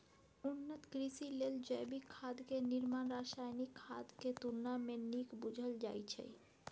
उन्नत कृषि लेल जैविक खाद के निर्माण रासायनिक खाद के तुलना में नीक बुझल जाइ छइ